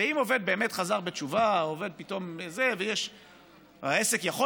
הרי אם עובד באמת חזר בתשובה והעסק יכול